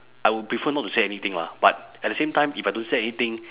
I would prefer not to say anything lah but at the same time if I don't say anything